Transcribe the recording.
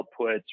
outputs